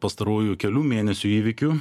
pastarųjų kelių mėnesių įvykių